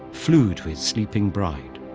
flew to his sleeping bride.